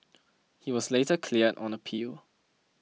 he was later cleared on appeal